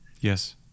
yes